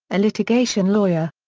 a litigation lawyer.